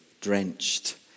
drenched